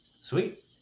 Sweet